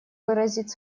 выразить